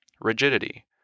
rigidity